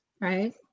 right